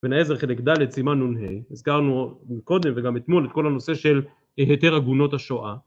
אבן העדר חלק ד' סימן נ"ה, הזכרנו קודם וגם אתמול את כל הנושא של היתר עגונות השואה